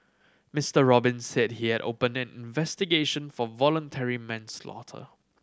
Mister Robin said he had opened an investigation for voluntary manslaughter